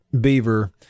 Beaver